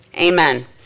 Amen